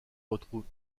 retrouve